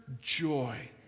joy